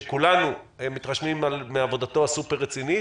שכולנו מתרשמים מעבודתו הסופר-רצינית